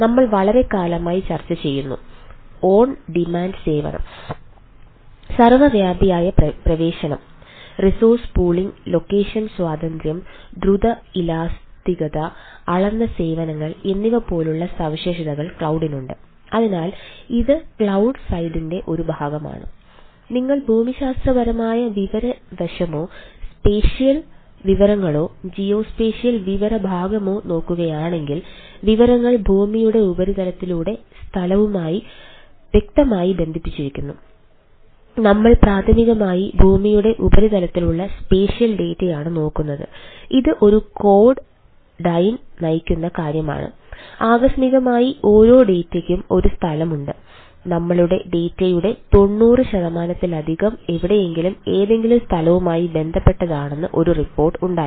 നമ്മൾ വളരെക്കാലമായി ചർച്ചചെയ്യുന്നു ഓൺ ഡിമാൻഡ്ന്റെ ഒരു ഭാഗമാണ് നിങ്ങൾ ഭൂമിശാസ്ത്രപരമായ വിവര വശമോ സ്പേഷ്യൽ വിവരങ്ങളോ ജിയോസ്പേഷ്യൽയുടെ തൊണ്ണൂറു ശതമാനത്തിലധികം എവിടെയെങ്കിലും ഏതെങ്കിലും സ്ഥലവുമായി ബന്ധപ്പെട്ടതാണെന്ന് ഒരു റിപ്പോർട്ട് ഉണ്ടായിരുന്നു